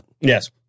Yes